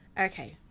Okay